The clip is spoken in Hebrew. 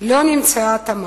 לא נמצאה התאמה.